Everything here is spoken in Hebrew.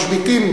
משביתים,